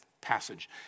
passage